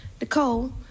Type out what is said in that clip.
Nicole